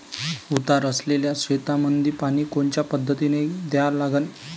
उतार असलेल्या शेतामंदी पानी कोनच्या पद्धतीने द्या लागन?